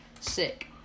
sick